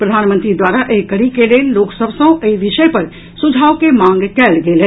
प्रधानमंत्री द्वारा एहि कड़ी के लेल लोक सभ सँ एहि विषय पर सुझाव के मांग कयन गेल अछि